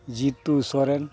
Jitu Soren